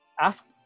Ask